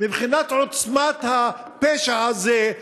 מבחינת עוצמת הפשע הזה,